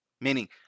meaning